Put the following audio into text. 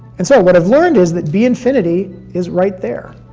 and, so, what i've learned is that b infinity is right there.